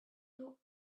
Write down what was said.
but